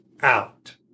out